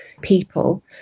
people